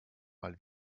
mal